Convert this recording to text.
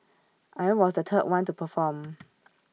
I was the third one to perform